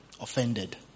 offended